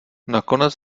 nakonec